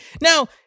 Now